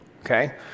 okay